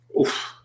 Oof